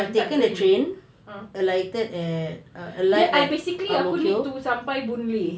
pantat kering ah that I basically aku need to sampai boon lay